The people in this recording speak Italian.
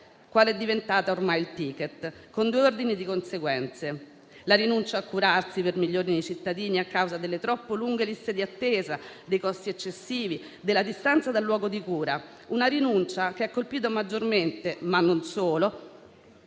quale è diventata ormai il *ticket*, con due ordini di conseguenze: la rinuncia a curarsi per milioni di cittadini a causa delle troppo lunghe liste di attesa, dei costi eccessivi, della distanza dal luogo di cura, una rinuncia che ha colpito maggiormente - ma non solo